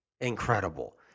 Incredible